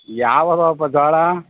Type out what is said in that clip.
ಯಾವು ಅದಾವಪ್ಪ ಜೋಳ